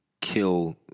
kill